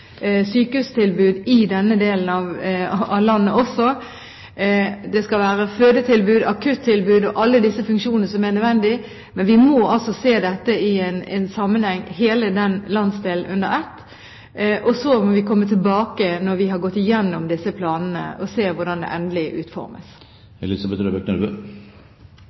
sykehustilbud i denne delen av landet også. Det skal være fødetilbud, akuttilbud, alle disse funksjonene som er nødvendige, men vi må se dette i en sammenheng, hele landsdelen under ett. Så må vi komme tilbake når vi har gått gjennom disse planene, og se hvordan de endelig